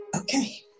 Okay